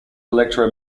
electro